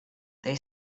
they